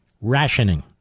Rationing